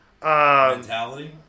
mentality